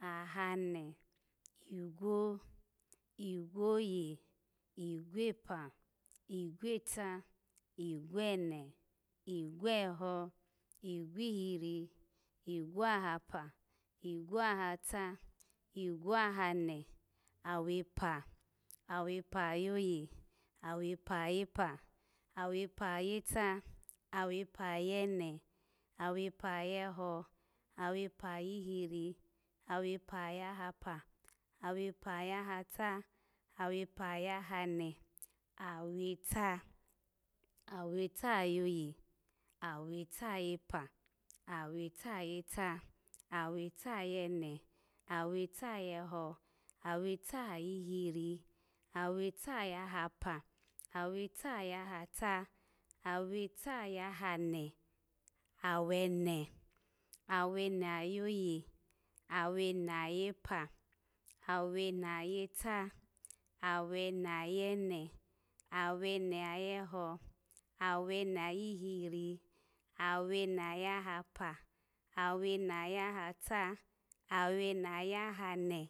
ahane, igwo, igwoye, igwopa, egwota, igwone, igwoho, igwohiri, igwohapa, igwohata igwohane, awepa, awepa ayoye, awepa ayepa, awepa ayeta, awepa ayene, awepa ayeho, awepa ayihiri, awepa ayahata, awepa ayehane, aweta, aweta ayoye, aweta ayepa, aweta ayeta, aweta ayene, aweta ayeho, aweta ayihiri, aweta ayahapa, aweta ayahata, aweta ayahane, awene, awene ayoye, awene ayepa, awene ayeta, awene ayene, awene ayeho, awene ayihiri, awene ayahapa, awene ayahata, awene ayahane